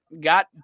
got